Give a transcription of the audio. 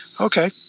Okay